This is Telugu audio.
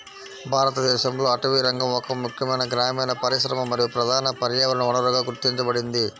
భారతదేశంలో అటవీరంగం ఒక ముఖ్యమైన గ్రామీణ పరిశ్రమ మరియు ప్రధాన పర్యావరణ వనరుగా గుర్తించబడింది